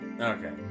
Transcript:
Okay